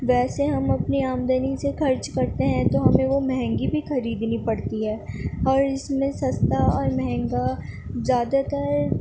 ویسے ہم اپنی آمدنی سے خرچ کرتے ہیں تو ہمیں وہ مہنگی بھی خریدنی پڑتی ہے اور اس میں سستا اور مہنگا زیادہ تر